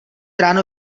ráno